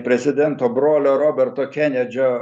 prezidento brolio roberto kenedžio